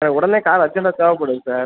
sir உடனே car அர்ஜெண்டாக தேவைப்படுது சார்